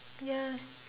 ya